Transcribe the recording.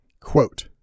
Quote